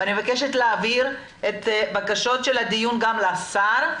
ומבקשת להעביר את בקשות הדיון גם לשר.